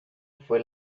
fue